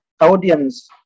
audience